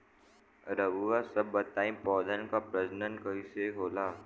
रउआ सभ बताई पौधन क प्रजनन कईसे होला?